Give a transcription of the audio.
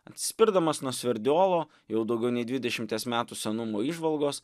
atsispirdamas nuo sverdiolo jau daugiau nei dvidešimties metų senumo įžvalgos